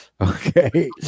Okay